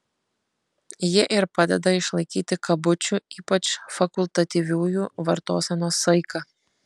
ji ir padeda išlaikyti kabučių ypač fakultatyviųjų vartosenos saiką